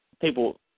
people